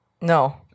No